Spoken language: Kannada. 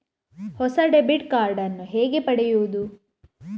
ಹೊಸ ಡೆಬಿಟ್ ಕಾರ್ಡ್ ನ್ನು ಹೇಗೆ ಪಡೆಯುದು?